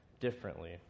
differently